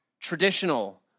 traditional